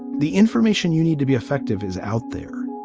the information you need to be effective is out there.